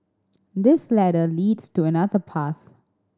this ladder leads to another path